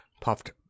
puffed